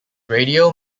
radio